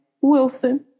Wilson